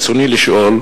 רצוני לשאול: